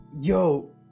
Yo